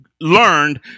learned